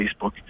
facebook